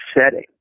setting